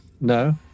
No